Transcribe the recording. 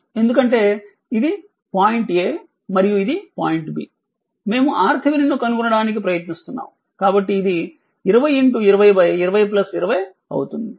ఎందుకంటే ఇది point A మరియు ఇది పాయింట్ B మేము RThevenin ను కనుగొనడానికి ప్రయత్నిస్తున్నాము కాబట్టి ఇది 20 2020 20 అవుతుంది